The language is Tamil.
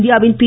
இந்தியாவின் பி